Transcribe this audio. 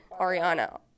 Ariana